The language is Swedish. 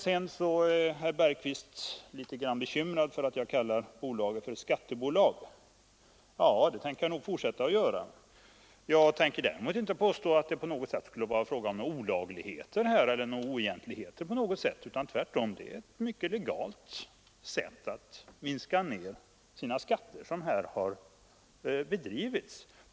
Herr Bergqvist var litet bekymrad för att jag kallar bolaget för ett skattebolag. Ja, det tänker jag nog fortsätta att göra. Jag kan däremot inte påstå att det på något sätt skulle vara fråga om oegentligheter. Tvärtom är det en mycket legal metod att minska ned sina skatter som här har begagnats.